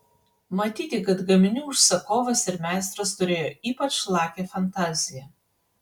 matyti kad gaminių užsakovas ir meistras turėjo ypač lakią fantaziją